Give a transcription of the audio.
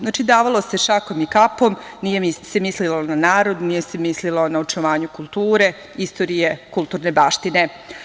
Znači, davalo se šakom i kapom, nije se mislilo na narod, nije se mislilo na očuvanje kulture, istorije, kulturne baštine.